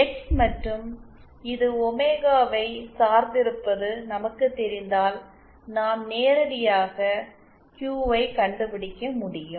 X மற்றும் இது ஒமேகாவைச் சார்ந்திருப்பது நமக்குத் தெரிந்தால் நாம் நேரடியாக கியூவை கண்டுபிடிக்க முடியும்